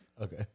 Okay